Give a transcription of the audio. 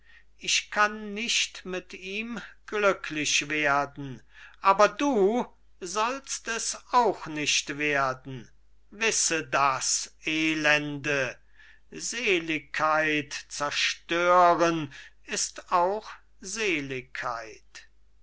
zusammenfallen ich kann nicht mit ihm glücklich werden aber du sollst es auch nicht werden wisse das elende seligkeit zerstören ist auch seligkeit